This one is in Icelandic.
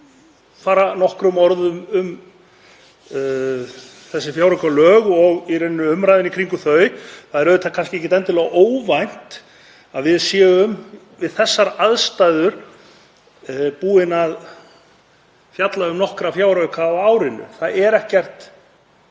fara nokkrum orðum um þessi fjáraukalög og í raun umræðuna í kringum þau. Það er kannski ekkert endilega óvænt að við höfum við þessar aðstæður fjallað um nokkra fjárauka á árinu. Það er ekkert